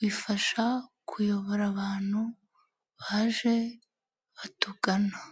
bifasha kuyobora abantu baje batugana.